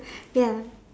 ya